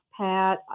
Pat